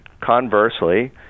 conversely